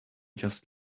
just